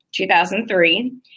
2003